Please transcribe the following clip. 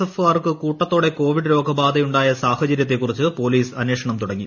F കാർക്ക് കൂട്ടത്തോടെ Covid രോഗബാധയുണ്ടായ സാഹചര്യത്തെക്കുറിച്ച് പോലീസ് അന്വേഷണം തുടങ്ങി